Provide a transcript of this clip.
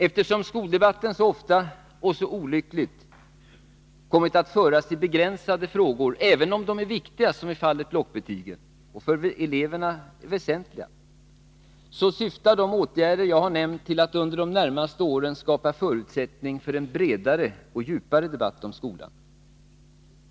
Eftersom skoldebatten ofta — och olyckligt — kommit att föras i begränsade frågor, även om det är viktiga och för eleverna väsentliga frågor som i fallet blockbetygen, syftar de åtgärder jag nämnt till att under de närmaste åren skapa förutsättning för en bredare och djupare debatt om skolan.